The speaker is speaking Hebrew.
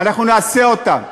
אנחנו נעשה אותם,